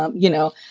um you know,